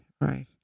right